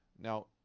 Now